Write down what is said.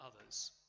others